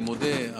אני מודה,